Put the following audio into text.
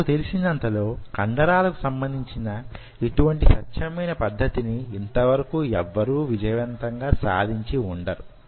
నాకు తెలిసినంతలో కండరాలకు సంబంధించిన యిటువంటి స్వచ్ఛమైన పద్ధతిని యింత వరకు యవ్వరూ విజయవంతంగా సాధించి వుండరు